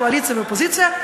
קואליציה ואופוזיציה,